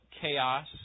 chaos